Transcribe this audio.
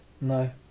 no